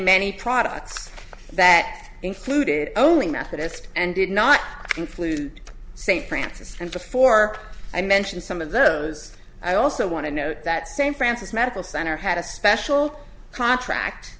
many products that included only methodist and did not include st francis and before i mention some of those i also want to note that same francis medical center had a special contract